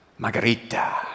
Margarita